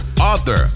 author